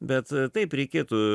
bet taip reikėtų